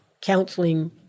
counseling